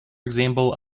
example